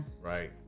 Right